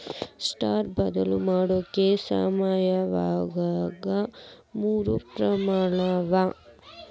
stock ಬದ್ಲಿ ಮಾಡೊ ಸಮಯದಾಗ ಮೂರ್ ಪ್ರಕಾರವ